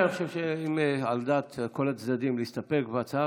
אני חושב שאם על דעת כל הצדדים להסתפק בהצעה,